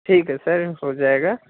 ٹھیک ہے سر ہو جائے گا